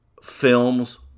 films